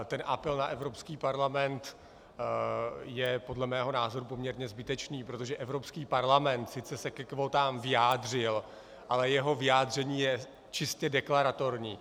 Ten apel na Evropský parlament je podle mého názoru poměrně zbytečný, protože Evropský parlament sice se ke kvótám vyjádřil, ale jeho vyjádření je čistě deklaratorní.